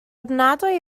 ofnadwy